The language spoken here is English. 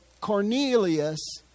Cornelius